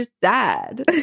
sad